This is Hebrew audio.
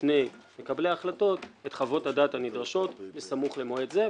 בפני מקבלי ההחלטות את חוות הדעת הנדרשות בסמוך למועד זה.